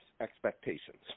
expectations